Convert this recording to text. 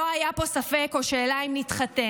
לא היה פה ספק או שאלה אם נתחתן,